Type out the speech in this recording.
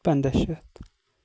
پنٛداہ شَتھ